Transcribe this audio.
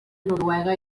noruega